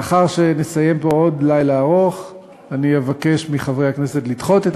לאחר שנסיים פה עוד לילה ארוך אני אבקש מחברי הכנסת לדחות את